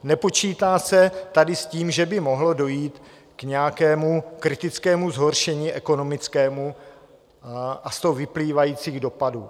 Nepočítá se tady s tím, že by mohlo dojít k nějakému kritickému zhoršení ekonomickému a z toho vyplývajícím dopadům.